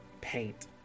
paint